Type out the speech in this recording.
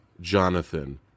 Jonathan